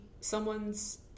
someone's